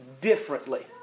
differently